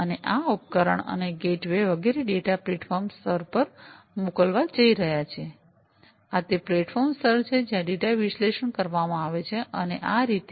અને આ ઉપકરણો અને ગેટવેઝ વગેરે ડેટા પ્લેટફોર્મ સ્તર પર મોકલવા જઇ રહ્યા છે આ તે પ્લેટફોર્મ સ્તર છે જ્યાં ડેટા વિશ્લેષણ કરવામાં આવે છે અને આ રીતે